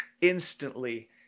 instantly